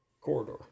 Corridor